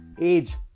age